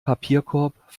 papierkorb